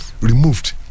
removed